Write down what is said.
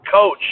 coach